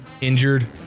injured